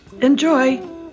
Enjoy